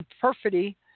perfidy